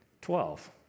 Twelve